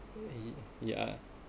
ye~ yeah